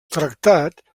tractat